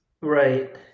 right